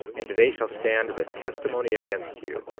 and they shall stand as a testimony against you.